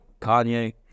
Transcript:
Kanye